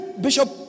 bishop